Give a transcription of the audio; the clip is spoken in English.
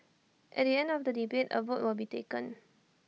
at the end of the debate A vote will be taken